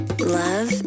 Love